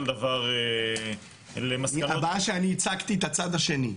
דבר למסקנות --- הבעיה שאני ייצגתי את הצד השני.